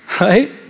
Right